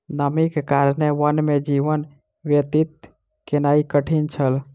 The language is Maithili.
नमीक कारणेँ वन में जीवन व्यतीत केनाई कठिन छल